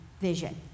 vision